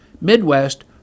Midwest